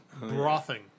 brothing